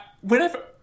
whenever